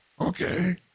okay